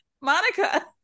Monica